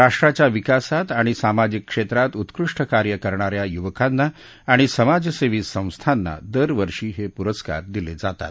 राष्ट्राच्या विकासात आणि सामाजिक क्षेत्रात उत्कृष्ठ कार्य करणाऱ्या युवकांना आणि समाजसेवी संस्थाना दरवर्षी हे पुरस्कार दिले जातात